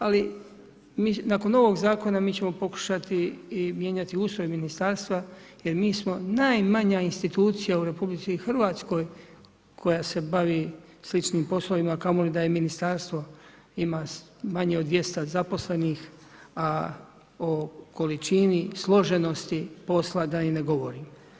Ali nakon novog zakona mi ćemo pokušati mijenjati ustroj ministarstva jer mi smo najmanja institucija u RH koja se bavi sličnim poslovima, a kamoli da je ministarstvo ima manje od 200 zaposlenih, a o količini složenosti posla da i ne govorim.